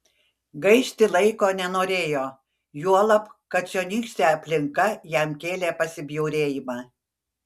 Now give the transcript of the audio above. gaišti laiko nenorėjo juolab kad čionykštė aplinka jam kėlė pasibjaurėjimą